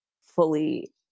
fully